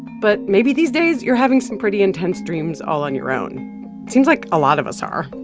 but maybe these days you're having some pretty intense dreams all on your own it seems like a lot of us are.